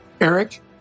Eric